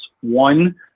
One